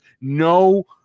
no